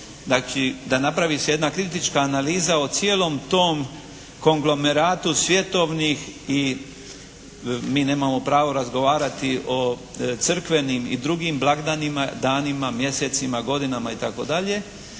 znači da napravi se jedna kritička analiza o cijelom tom konglomeratu svjetovnih i mi nemamo pravo razgovarati o crkvenim i drugim blagdanima, danima, mjesecima, godinama i